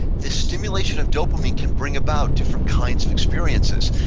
the stimulation of dopamine can bring about different kinds of experiences.